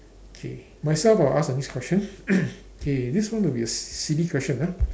okay myself I will ask the next question okay this one will be a silly question ah